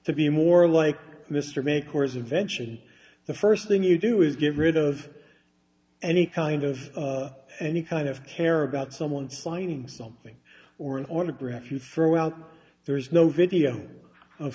to be more like mr may course eventually the first thing you do is get rid of any kind of any kind of care about someone signing something or an autograph you throw out there is no video of